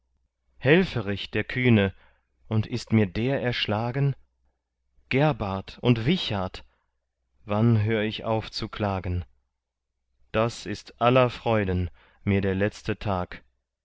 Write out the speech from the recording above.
helferich der kühne und ist mir der erschlagen gerbart und wichart wann hör ich auf zu klagen das ist aller freuden mir der letzte tag